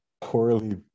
poorly